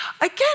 again